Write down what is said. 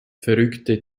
verrückte